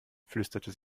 flüsterte